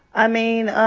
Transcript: i mean,